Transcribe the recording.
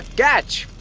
catch!